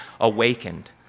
awakened